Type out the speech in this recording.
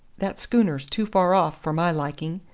that schooner's too far-off for my liking.